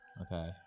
Okay